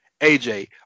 AJ